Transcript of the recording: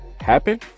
happen